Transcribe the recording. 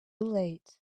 late